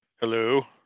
Hello